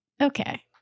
okay